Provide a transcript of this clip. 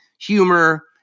humor